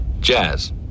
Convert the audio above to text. Jazz